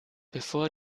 bevor